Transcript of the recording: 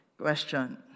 Question